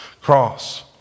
cross